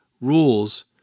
rules